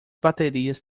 baterias